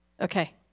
Okay